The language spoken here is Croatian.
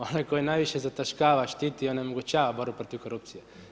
Onaj koji najviše zataškava, štiti i onemogućava borbu protiv korupcije.